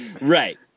right